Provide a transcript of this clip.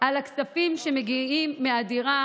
על הכספים שמגיעים מהדירה